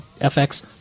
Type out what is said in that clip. FX